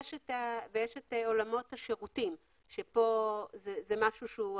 יש את עולמות השירותים שזה משהו אחר.